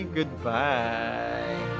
Goodbye